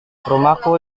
rumahku